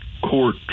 court